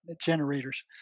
generators